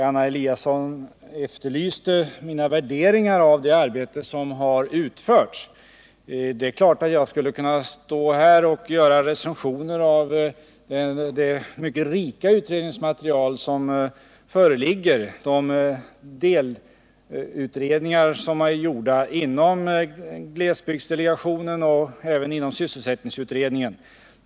Anna Eliasson efterlyste mina värderingar av det arbete som har utförts. Jag skulle självfallet kunna göra recensioner av det mycket rika utredningsmaterial som föreligger från delutredningar inom glesbygdsdelegationen och även inom sysselsättningsutredningen.